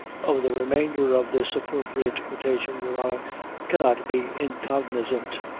of the remainder of this appropriate quotation, your honor cannot be incognizant,